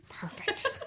perfect